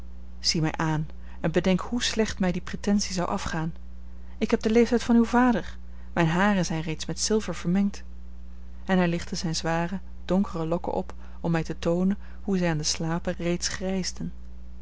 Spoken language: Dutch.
zie mij aan en bedenk hoe slecht mij die pretensie zou afgaan ik heb den leeftijd van uw vader mijne haren zijn reeds met zilver vermengd en hij lichtte zijne zware donkere lokken op om mij te toonen hoe zij aan de slapen reeds grijsden